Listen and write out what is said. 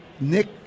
Nick